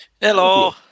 hello